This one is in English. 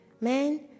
Man